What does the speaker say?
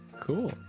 cool